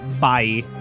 bye